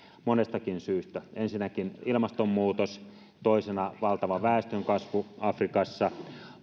monestakin syystä ensinnäkin ilmastonmuutos toisena valtava väestönkasvu afrikassa